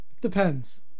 Depends